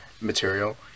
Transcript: material